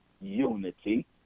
unity